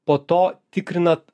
po to tikrinat